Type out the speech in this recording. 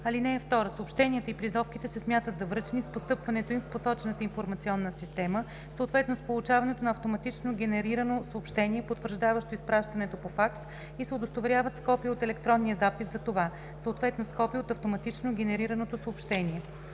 или факс. (2) Съобщенията и призовките се смятат за връчени с постъпването им в посочената информационна система, съответно с получаването на автоматично генерирано съобщение, потвърждаващо изпращането по факс и се удостоверяват с копие от електронния запис за това, съответно с копие от автоматично генерираното съобщение.